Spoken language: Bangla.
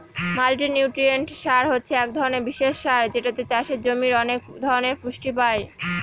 মাল্টিনিউট্রিয়েন্ট সার হছে এক ধরনের বিশেষ সার যেটাতে চাষের জমির অনেক ধরনের পুষ্টি পাই